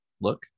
look